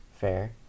fair